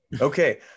Okay